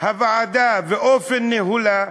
הוועדה ואופן ניהולה,